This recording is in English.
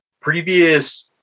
previous